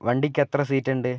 വണ്ടിക്ക് എത്ര സീറ്റ് ഉണ്ട്